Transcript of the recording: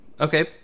Okay